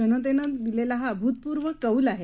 जनतेनं दिलेला हा अभूतपूर्व कौल आहे